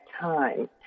time